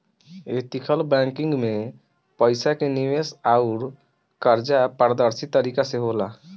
ethical banking में पईसा के निवेश अउर कर्जा पारदर्शी तरीका से होला